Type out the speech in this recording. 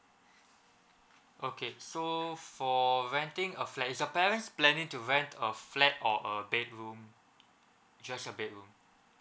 okay so for renting a flat is your parents planning to rent a flat or a bedroom just a bedroom